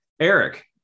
Eric